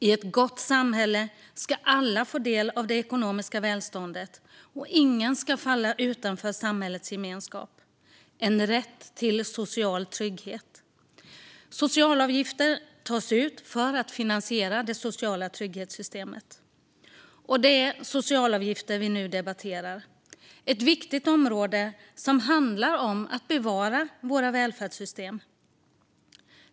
I ett gott samhälle ska alla få del av det ekonomiska välståndet, och ingen ska falla utanför samhällets gemenskap. Alla ska ha rätt till social trygghet. Socialavgifter tas ut för att finansiera det sociala trygghetssystemet, och det är socialavgifter vi nu debatterar. Det är ett viktigt område som handlar om att bevara våra välfärdssystem.